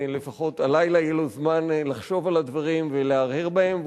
לפחות הלילה יהיה לו זמן לחשוב על הדברים ולהרהר בהם,